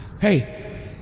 hey